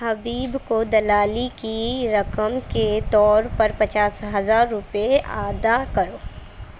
حبیب کو دلالی کی رقم کے طور پر پچاس ہزار روپے ادا کرو